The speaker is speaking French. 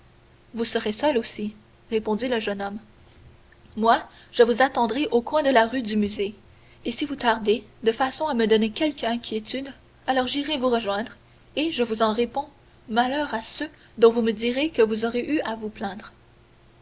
vous serez seule aussi répondit le jeune homme moi je vous attendrai au coin de la rue du musée et si vous tardez de façon à me donner quelque inquiétude alors j'irai vous rejoindre et je vous en réponds malheur à ceux dont vous me diriez que vous auriez eu à vous plaindre